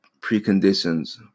preconditions